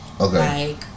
Okay